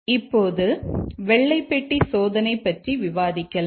இப்போது வெள்ளை பெட்டி சோதனை பற்றி விவாதிக்கலாம்